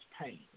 pain